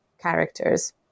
characters